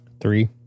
Three